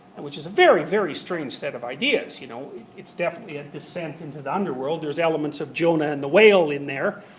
which is a very, very strange set of ideas, you know. it's definitely a descent into the underworld, there's elements of jonah and the whale in there,